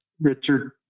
Richard